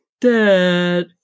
dad